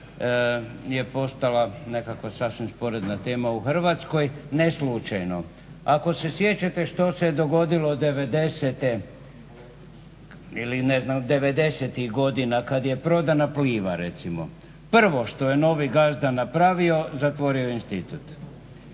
je postala nekako sasvim sporedna tema u Hrvatskoj ne slučajno. Ako se sjećate što se dogodilo '90. ili devedesetih godina kad je prodana Pliva recimo. Prvo što je novi gazda napravio zatvorio je institut.